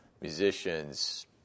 musicians